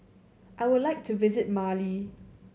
I would like to visit Mali